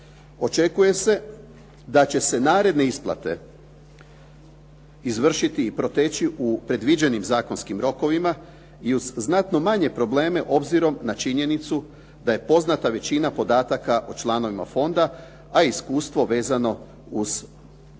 Očekuje se da će se naredne isplate izvršiti i proteći u predviđenim zakonskim rokovima i uz znatno manje probleme obzirom na činjenicu da je poznata većina podataka o članovima fonda a iskustvo vezano uz kanal